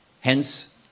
hence